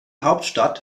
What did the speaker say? hauptstadt